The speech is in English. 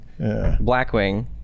Blackwing